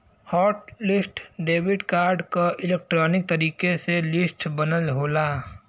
hot list debit card क electronic तरीके से लिस्ट बनल होला